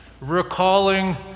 recalling